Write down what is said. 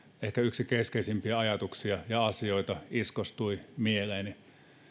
ehkä yksi keskeisimpiä ajatuksia ja asioita iskostui mieleeni